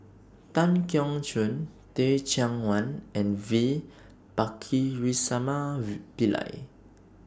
Tan Keong Choon Teh Cheang Wan and V Pakirisamy Pillai